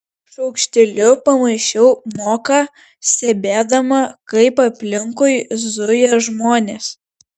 šaukšteliu pamaišiau moką stebėdama kaip aplinkui zuja žmonės